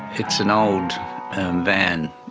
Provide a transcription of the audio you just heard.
it's an old van.